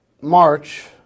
March